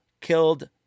killed